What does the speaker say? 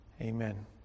Amen